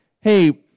hey